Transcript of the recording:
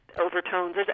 overtones